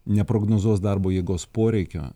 neprognozuos darbo jėgos poreikio